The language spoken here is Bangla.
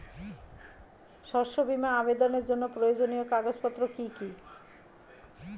শস্য বীমা আবেদনের জন্য প্রয়োজনীয় কাগজপত্র কি কি?